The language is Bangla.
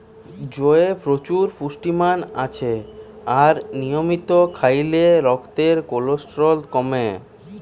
জইয়ে প্রচুর পুষ্টিমান আছে আর নিয়মিত খাইলে রক্তের কোলেস্টেরল কমে